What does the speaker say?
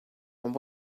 and